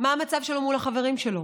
מה המצב שלו מול החברים שלו?